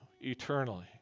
eternally